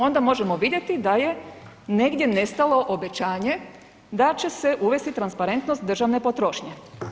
Onda možemo vidjeti da je negdje nestalo obećanje da će se uvesti transparentnost državne potrošnje.